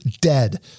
dead